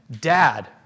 Dad